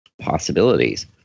possibilities